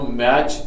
match